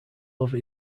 love